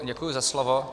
Děkuji za slovo.